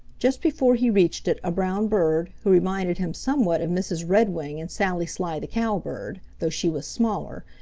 just before he reached it a brown bird, who reminded him somewhat of mrs. redwing and sally sly the cowbird, though she was smaller,